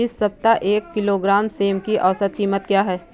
इस सप्ताह एक किलोग्राम सेम की औसत कीमत क्या है?